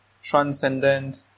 transcendent